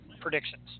predictions